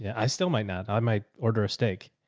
i still might not. i might order a steak.